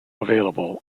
available